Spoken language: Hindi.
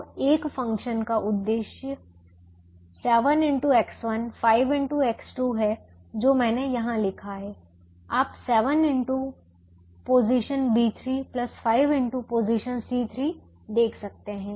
तो एक फ़ंक्शन का उद्देश्य है जो मैंने यहां लिखा है आप 7 x position B3 5 x position C3 देख सकते हैं